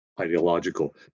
ideological